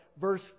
verse